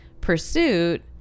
pursuit